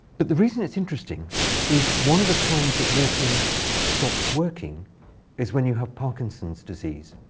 but the reason it's interesting is one of the times that walking stops working is when you have parkinson's disease.